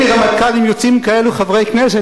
אם מרמטכ"לים יוצאים כאלה חברי כנסת,